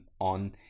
on